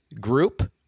group